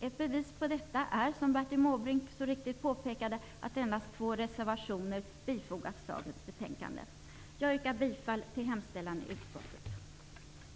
Ett bevis på detta är, som Bertil Måbrink så riktigt påpekade, att endast två reservationer bifogats dagens betänkande. Jag yrkar bifall till hemställan i utskottets betänkande.